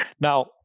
Now